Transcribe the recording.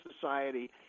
society